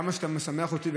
אתה יודע כמה שאתה משמח אותי,